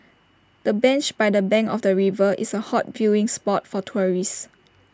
the bench by the bank of the river is A hot viewing spot for tourists